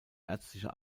ärztliche